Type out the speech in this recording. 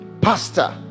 pastor